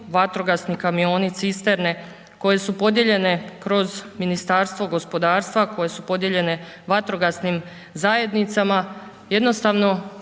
vatrogasni kamioni, cisterne koje su podijeljene kroz Ministarstvo gospodarstva, koje su podijeljene vatrogasnim zajednicama, jednostavno